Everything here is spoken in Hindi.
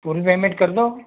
फुल पेमेंट कर दो